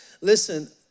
listen